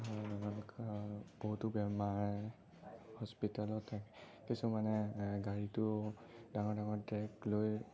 বহুতো বেমাৰ হস্পিটালত কিছুমানে গাড়ীতো ডাঙৰ ডাঙৰ ডেগ লৈ